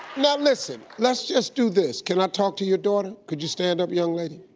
now, listen. let's just do this. can i talk to your daughter? could you stand up, young lady?